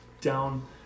down